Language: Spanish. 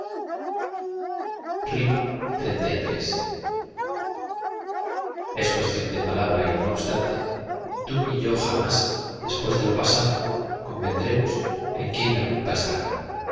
fué xxxiii es cuestión de palabras y no obstante ni tú ni yo jamás después de lo pasado convendremos en quién la culpa está